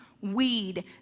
weed